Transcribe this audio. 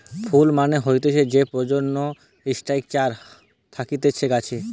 ফুল মানে হতিছে যে প্রজনন স্ট্রাকচার থাকতিছে গাছের